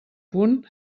punt